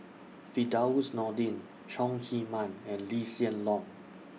Firdaus Nordin Chong Heman and Lee Hsien Loong